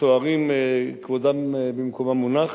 הסוהרים כבודם במקומם מונח,